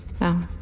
No